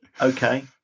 Okay